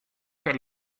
per